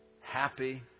happy